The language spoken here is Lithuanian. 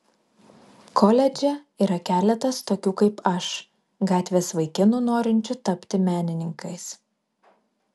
koledže yra keletas tokių kaip aš gatvės vaikinų norinčių tapti menininkais